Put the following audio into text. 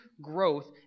growth